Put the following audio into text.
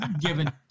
given